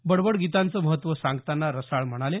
बडबड गीतांचं महत्त्व सांगताना रसाळ म्हणाले